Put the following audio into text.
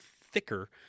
thicker